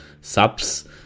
subs